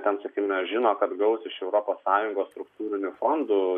ten sakykime žino kad gaus iš europos sąjungos struktūrinių fondų